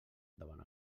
davant